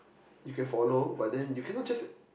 you can follow but then you cannot just